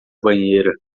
banheira